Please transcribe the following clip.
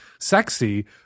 sexy